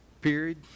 period